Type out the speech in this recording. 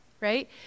right